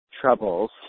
troubles